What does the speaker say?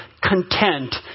content